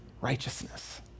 righteousness